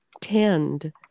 tend